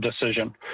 decision